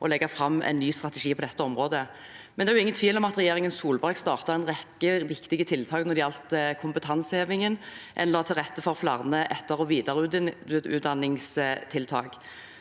å legge fram en ny strategi på dette området. Det er ingen tvil om at regjeringen Solberg startet en rekke viktige tiltak når det gjaldt kompetanseheving. En la til rette for flere etter- og videreutdanningstiltak.